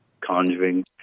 conjuring